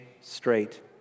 straight